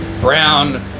Brown